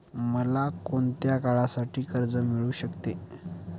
मला कोणत्या काळासाठी कर्ज मिळू शकते?